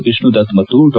ವಿಷ್ಣುದತ್ ಮತ್ತು ಡಾ